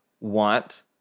want